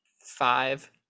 five